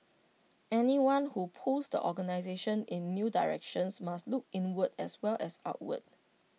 anyone who pulls the organisation in new directions must look inward as well as outward